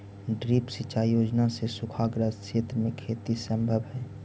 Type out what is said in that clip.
drip सिंचाई योजना से सूखाग्रस्त क्षेत्र में खेती सम्भव हइ